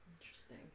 Interesting